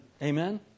Amen